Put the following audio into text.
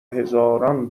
هزاران